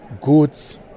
goods